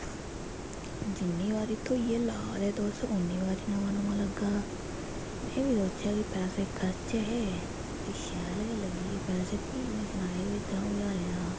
जिन्नी बारी धोइयै ला दे तुस उन्नी बारी नमां लग्गा दा ते में बी सोचेआ की पैसे खर्चे हे ते शैल गै लग्गी गे भी में सनाया त्रंऊ ज्हारें दा हा